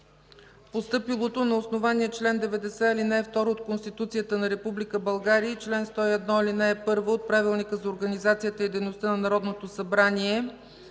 постъпилото на основание чл. 90, ал. 2 от Конституцията на Република България и чл. 101, ал. 1 от Правилника за организацията и дейността на Народното събрание